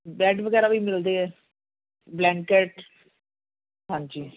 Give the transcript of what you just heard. bed ਵਗੈਰਾ ਵੀ ਮਿਲਦੇ ਆ ਬਲੈਂਕਟ ਹਾਂਜੀ